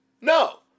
No